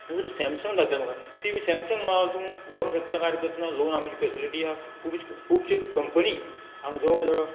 नाजाल्यार सॅमसंग दाखय मुगो सी बी सॅमसंग म्हणालागलो तूं व्होरो शकता कारकत ना लॉन आमची फेसिलिटी हा खूब खुबशी कंपनी हांगा जवळ जवळ